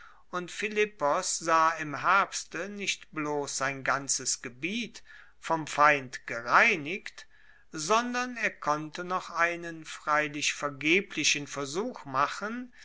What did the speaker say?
und philippos sah im herbste nicht bloss sein ganzes gebiet vom feind gereinigt sondern er konnte noch einen freilich vergeblichen versuch machen